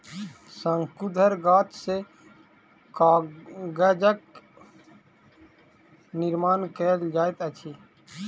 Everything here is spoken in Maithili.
शंकुधर गाछ सॅ कागजक निर्माण कयल जाइत अछि